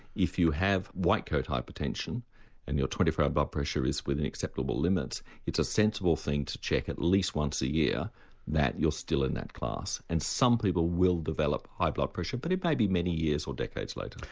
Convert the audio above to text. if you have white coat hypertension and your twenty four hour blood but pressure is within acceptable limits it's a sensible thing to check at least once a year that you're still in that class. and some people will develop high blood pressure but it may be many years or decades later.